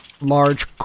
Large